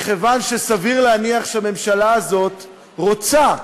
מכיוון שסביר להניח שהממשלה הזאת רוצה,